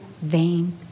vain